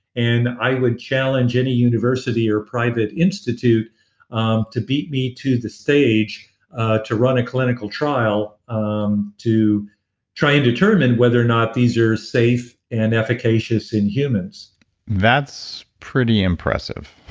and i would challenge any university or private institute um to beat me to the stage to run a clinical trial um to try and determine whether or not these are safe and efficacious in humans that's pretty impressive